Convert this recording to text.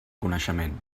coneixement